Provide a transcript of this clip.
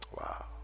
Wow